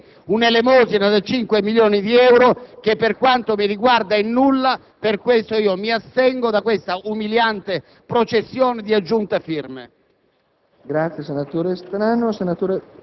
una elemosina di 5 milioni di euro parcellizzata per tutti coloro che subiscono danni ed estorsioni si riduce al nulla.